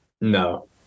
no